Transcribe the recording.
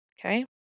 Okay